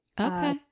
Okay